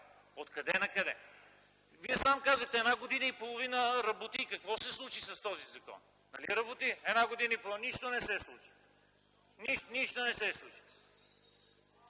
откъде накъде?! Вие сам казахте: една година и половина работи и какво се случи с този закон? Нали работи една година и половина? Нищо не се случи. Това, което